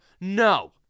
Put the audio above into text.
No